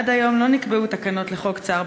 עד היום לא נקבעו תקנות לחוק צער